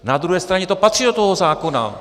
Na druhé straně to patří do toho zákona.